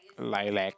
Lilac